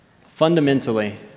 fundamentally